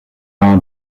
are